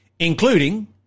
including